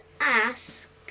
ask